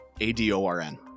A-D-O-R-N